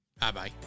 Bye-bye